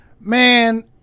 man